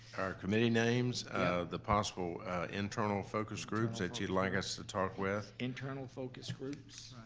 committee names of the possible internal focus groups that you'd like us the talk with. internal focus groups.